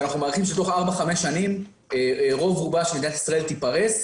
ואנחנו מעריכים שתוך 4 5 שנים רוב רובה של מדינת ישראל תיפרס,